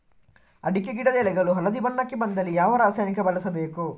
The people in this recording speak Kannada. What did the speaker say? ಅಡಿಕೆ ಗಿಡದ ಎಳೆಗಳು ಹಳದಿ ಬಣ್ಣಕ್ಕೆ ಬಂದಲ್ಲಿ ಯಾವ ರಾಸಾಯನಿಕ ಬಳಸಬೇಕು?